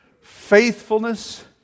faithfulness